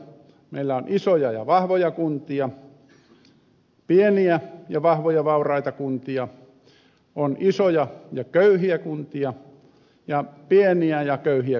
meillä on isoja ja vahvoja kuntia pieniä ja vahvoja vauraita kuntia isoja ja köyhiä kuntia sekä pieniä ja köyhiä kuntia